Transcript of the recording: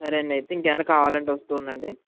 సరేండి అయితే ఇంకేమన్నా కావాలంటే వస్తూ ఉండండి